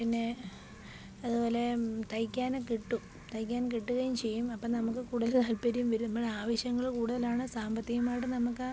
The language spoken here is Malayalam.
പിന്നെ അതുപോലെ തയ്ക്കാനും കിട്ടും തയ്ക്കാൻ കിട്ടുകയും ചെയ്യും അപ്പോള് നമ്മള്ക്ക് കൂടുതല് താല്പര്യം വരുമ്പോള് ആവശ്യങ്ങള് കൂടുതലാണ് സാമ്പത്തികമായിട്ട് നമ്മള്ക്ക് ആ